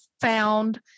found